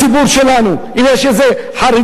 שאנחנו נבנה נגזרות ונהיה,